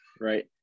right